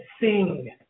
sing